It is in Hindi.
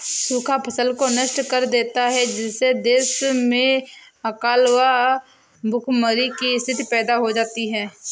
सूखा फसल को नष्ट कर देता है जिससे देश में अकाल व भूखमरी की स्थिति पैदा हो जाती है